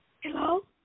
Hello